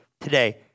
today